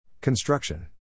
Construction